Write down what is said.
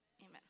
Amen